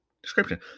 Description